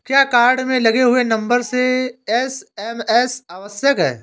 क्या कार्ड में लगे हुए नंबर से ही एस.एम.एस आवश्यक है?